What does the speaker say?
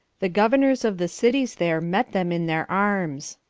the governors of the cities there met them in their arms.